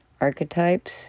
archetypes